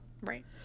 Right